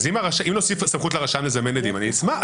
אם נוסיף סמכות לרשם לזמן עדים אני אשמח,